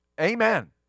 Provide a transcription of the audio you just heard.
Amen